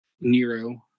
Nero